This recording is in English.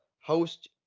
host